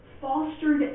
fostered